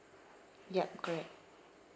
yup correct